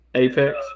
Apex